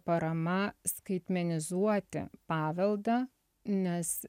parama skaitmenizuoti paveldą nes